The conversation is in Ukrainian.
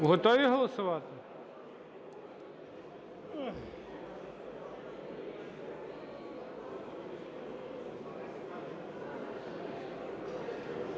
Готові голосувати?